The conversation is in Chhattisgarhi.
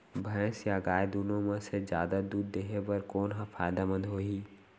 भैंस या गाय दुनो म से जादा दूध देहे बर कोन ह फायदामंद होही?